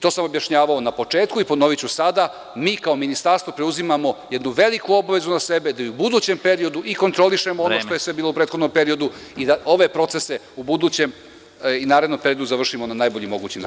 To sam objašnjavao na početku i ponoviću sada, mi kao Ministarstvo preuzimamo jednu veliku obavezu na sebe da i u budućem periodu i kontrolišemo ono što je sve bilo u prethodnom periodu i da ove procese u budućem i narednom periodu završimo na najbolji mogući način.